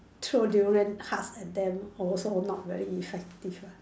throw durian husk at them also not very effective [what]